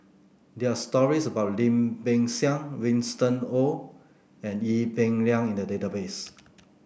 there are stories about Lim Peng Siang Winston Oh and Ee Peng Liang in the database